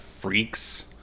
Freaks